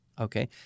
Okay